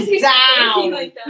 down